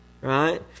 Right